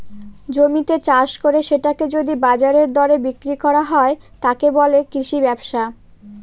জমিতে চাষ করে সেটাকে যদি বাজারের দরে বিক্রি করা হয়, তাকে বলে কৃষি ব্যবসা